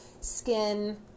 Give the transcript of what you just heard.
skin